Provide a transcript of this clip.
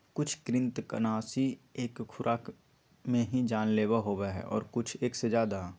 कुछ कृन्तकनाशी एक खुराक में ही जानलेवा होबा हई और कुछ एक से ज्यादा